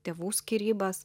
tėvų skyrybas